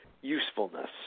usefulness